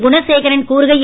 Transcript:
குணசேகரன் கூறுகையில்